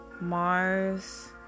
Mars